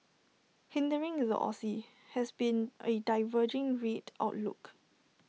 hindering the Aussie has been A diverging rate outlook